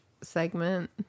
segment